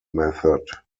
method